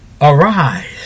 Arise